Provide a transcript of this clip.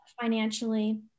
financially